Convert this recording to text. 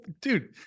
Dude